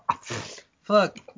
Fuck